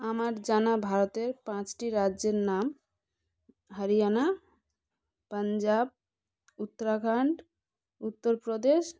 আমার জানা ভারতের পাঁচটি রাজ্যের নাম হরিয়ানা পাঞ্জাব উত্তরাখণ্ড উত্তর প্রদেশ